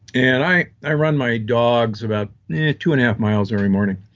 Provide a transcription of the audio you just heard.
and i i run my dogs about two and a half miles every morning.